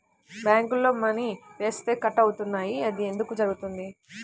బ్యాంక్లో మని వేస్తే కట్ అవుతున్నాయి అది ఎందుకు జరుగుతోంది?